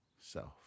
self